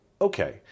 okay